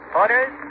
orders